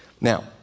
Now